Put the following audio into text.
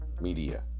media